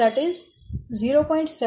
5 x 13 1